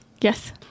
Yes